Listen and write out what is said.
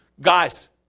guys